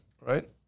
right